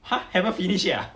!huh! haven't finish yet ah